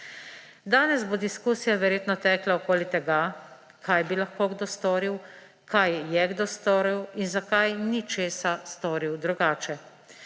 Danes bo diskusija verjetno tekla okoli tega, kaj bi lahko kdo storil, kaj je kdo storil in zakaj ni česa storil drugače.